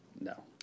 No